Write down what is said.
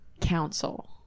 Council